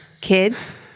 Kids